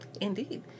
Indeed